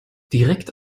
direkt